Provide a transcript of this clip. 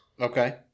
Okay